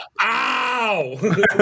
Ow